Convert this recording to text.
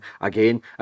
again